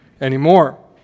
anymore